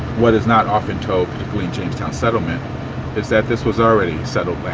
what is not often told jamestown settlement is that this was already settled